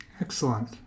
Excellent